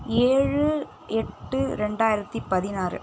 ஏழு எட்டு ரெண்டாயிரத்தி பதினாறு